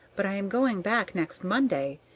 but i am going back next monday,